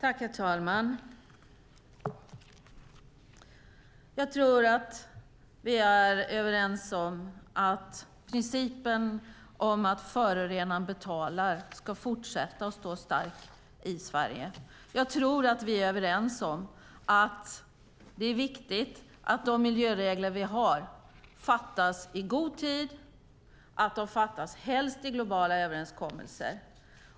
Herr talman! Jag tror att vi är överens om att principen om att förorenaren betalar ska fortsätta att stå stark i Sverige. Jag tror att vi är överens om att det är viktigt att de miljöregler vi ska ha beslutas i god tid och helst beslutas i globala överenskommelser.